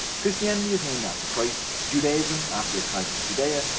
christianity is named after christ. judaism after the tribe of judah.